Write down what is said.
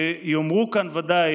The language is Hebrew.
שידברו כאן, ודאי,